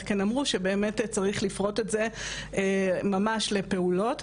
"כן" אמרו שבאמת צריך לפרוט את זה ממש לפעולות.